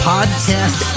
Podcast